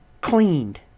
cleaned